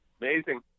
Amazing